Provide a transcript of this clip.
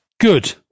Good